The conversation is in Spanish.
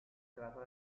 trata